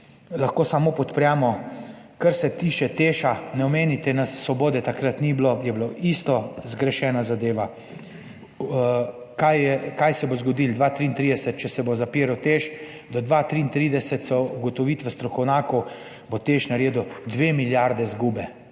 lahko samo podpremo. Kar se tiče Teša. Ne omenjajte nas, Svobode takrat ni bilo, je bila isto zgrešena zadeva. Kaj se bo zgodilo 2033, če se bo zaprl Teš? Do 2033 so ugotovitve strokovnjakov, da bo Teš naredil dve milijardi izgube.